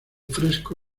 fresco